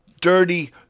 Dirty